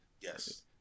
Yes